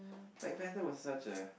Black-Panther was such a